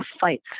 fights